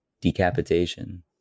decapitation